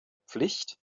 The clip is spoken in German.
pflicht